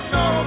no